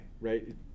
right